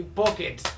pocket